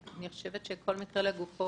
אני חושבת שכל מקרה לגופו.